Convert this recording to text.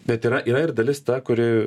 bet yra yra ir dalis ta kuri